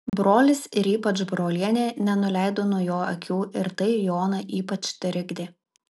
brolis ir ypač brolienė nenuleido nuo jo akių ir tai joną ypač trikdė